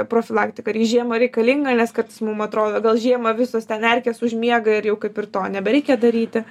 profilaktika ar ji žiemą reikalinga nes kartais mum atrodo gal žiemą visos ten erkės užmiega ir jau kaip ir to nebereikia daryti